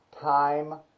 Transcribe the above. time